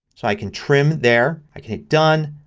so i can trim there, i can hit done.